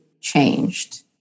changed